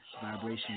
Vibration